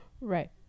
right